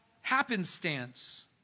happenstance